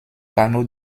panneaux